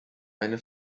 eine